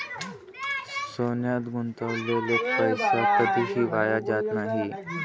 सोन्यात गुंतवलेला पैसा कधीही वाया जात नाही